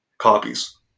copies